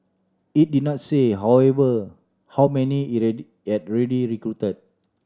it did not say however how many it had yet already recruited